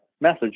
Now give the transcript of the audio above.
message